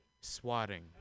swatting